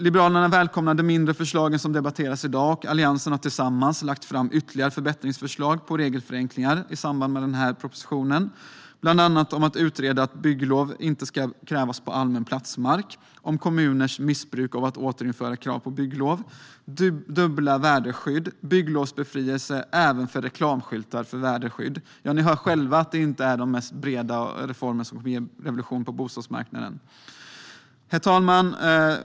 Liberalerna välkomnar som sagt de mindre förslag som debatteras i dag, och Alliansen har tillsammans lagt fram ytterligare förbättringsförslag om regelförenklingar i samband med propositionen, bland annat om att utreda att bygglov inte ska krävas på allmän platsmark och om kommuners missbruk av att återinföra krav på bygglov, dubbla väderskydd och bygglovsbefrielse även för reklamskyltar för väderskydd. Ni hör själva att detta inte är de mest breda reformerna, som ger revolution på bostadsmarknaden. Herr talman!